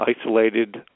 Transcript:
isolated